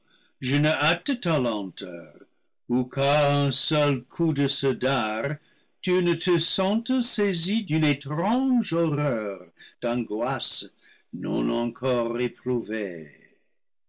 je ne hâte ta lenteur ou qu'à un seul coup de ce dard tu ne te sentes saisi d'une étrange horreur d'angoisses non encore éprouvées